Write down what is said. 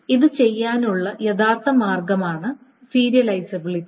ഇത് ചെയ്യാനുള്ള യഥാർത്ഥ മാർഗമാണ് സീരിയലിസബിലിറ്റി